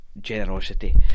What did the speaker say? generosity